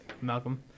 Malcolm